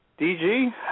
DG